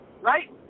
right